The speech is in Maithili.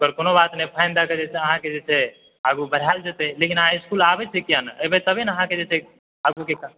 ओकर कोनो बात नहि फ़ाइन दए कऽ जे छै से अहाँकेँ जे छै से आगू बढ़ायल जेतै लेकिन अहाँ इस्कुल आबैत छियै किया नहि एबै तभी ने अहाँकेँ जे छै आगूके